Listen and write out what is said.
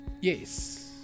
Yes